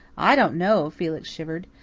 i don't know. felix shivered.